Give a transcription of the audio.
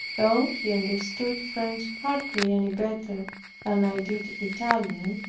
though he understood french hardly any better than i did italian,